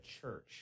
church